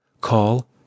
Call